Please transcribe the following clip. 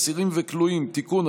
אסירים וכלואים) (תיקון),